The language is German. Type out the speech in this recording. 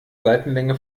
seitenlänge